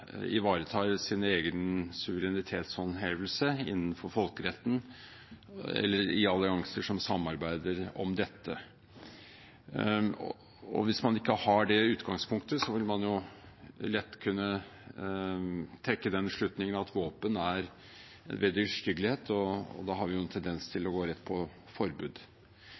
ivaretar sin egen suverenitetshåndhevelse innenfor folkeretten eller i allianser som samarbeider om dette. Hvis man ikke har det utgangspunktet, vil man lett kunne trekke den slutningen at våpen er en vederstyggelighet, og da har vi en tendens til å gå rett på forbud.